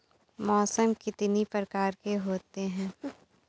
मौसम कितनी प्रकार के होते हैं?